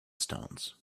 stones